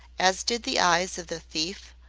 as did the eyes of the thief,